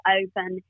open